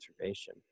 observation